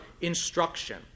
instruction